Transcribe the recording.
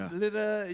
little